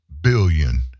billion